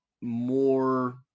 more